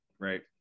right